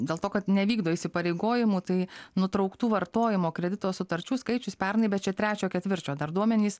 dėl to kad nevykdo įsipareigojimų tai nutrauktų vartojimo kredito sutarčių skaičius pernai bet čia trečio ketvirčio dar duomenys